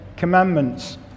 commandments